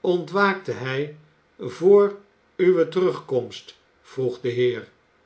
ontwaakte hij vr uwe terugkomst vroeg de heer